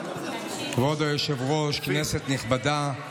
כבוד היושב-ראש, כנסת נכבדה,